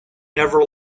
never